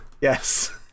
Yes